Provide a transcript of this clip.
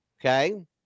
Okay